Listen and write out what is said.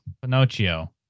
Pinocchio